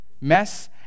Mess